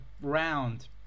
round